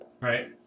Right